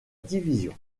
division